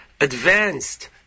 advanced